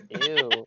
Ew